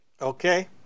Okay